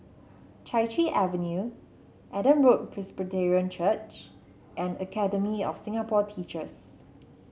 Chai Chee Avenue Adam Road Presbyterian Church and Academy of Singapore Teachers